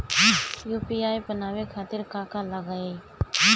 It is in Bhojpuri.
यू.पी.आई बनावे खातिर का का लगाई?